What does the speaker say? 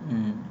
mm